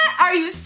are you